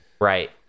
right